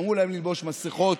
אמרו להם ללבוש מסכות,